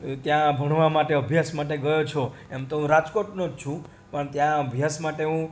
ત્યાં ભણવા માટે અભ્યાસ માટે ગયો છો એમ તો હું રાજકોટનો છું પણ ત્યાં અભ્યાસ માટે હું